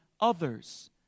others